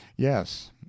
Yes